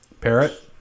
Parrot